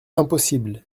impossible